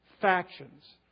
Factions